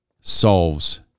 solves